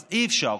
אז אי-אפשר,